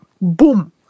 boom